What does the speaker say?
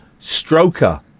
Stroker